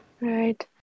Right